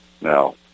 Now